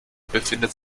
befindet